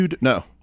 No